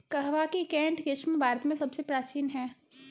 कहवा की केंट किस्म भारत में सबसे प्राचीन है